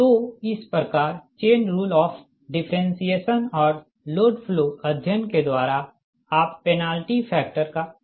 तो इस प्रकार चेन रूल ऑफ़ डिफरेनसिएसन और लोड फ्लो अध्ययन के द्वारा आप पेनाल्टी फैक्टर प्राप्त करते हैं